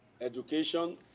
education